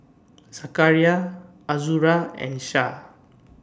Zakaria Azura and Syah